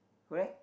correct